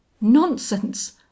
nonsense